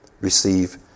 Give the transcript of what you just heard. Receive